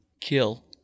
kill